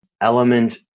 element